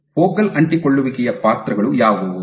focal ಅಂಟಿಕೊಳ್ಳುವಿಕೆಯ ಪಾತ್ರಗಳು ಯಾವುವು